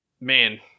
man